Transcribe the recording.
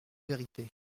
vérité